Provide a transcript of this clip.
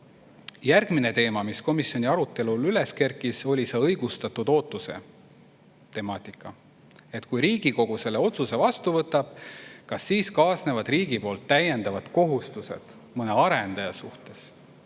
Järgmine teema, mis komisjoni arutelul üles kerkis, oli õigustatud ootuse temaatika. Kui Riigikogu selle otsuse vastu võtab, kas siis kaasnevad riigi poolt täiendavad kohustused mõne arendaja suhtes